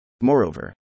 Moreover